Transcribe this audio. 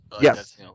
Yes